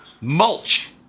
mulch